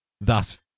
thus